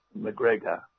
McGregor